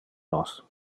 nos